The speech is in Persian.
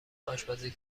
آشپزی